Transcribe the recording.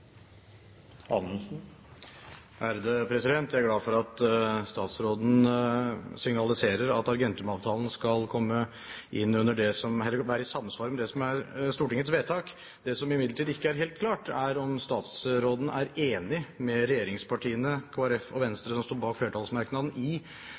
Jeg er glad for at statsråden signaliserer at Argentum-avtalen skal være i samsvar med det som er Stortingets vedtak. Det som imidlertid ikke er helt klart, er om statsråden er enig med regjeringspartiene, Kristelig Folkeparti og